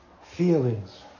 feelings